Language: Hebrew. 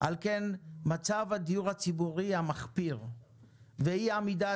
על כן מצב הדיור הציבורי המחפיר ואי עמידת